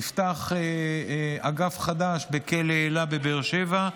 נפתח אגף חדש בכלא אלה בבאר שבע,